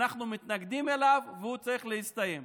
אנחנו מתנגדים לו והוא צריך להסתיים.